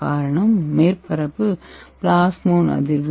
காரணம் மேற்பரப்பு பிளாஸ்மோன் அதிர்வு